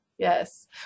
Yes